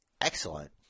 excellent